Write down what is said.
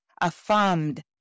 affirmed